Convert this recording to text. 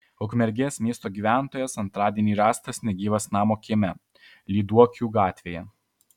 ukmergės miesto gyventojas antradienį rastas negyvas namo kieme lyduokių gatvėje